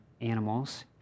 animals